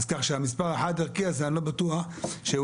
כך שהמספר החד ערכי הזה אני לא בטוח שהוא